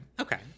Okay